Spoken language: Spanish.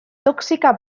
tóxica